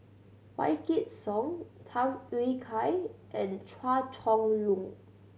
Wykidd Song Tham Yui Kai and Chua Chong Long